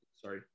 Sorry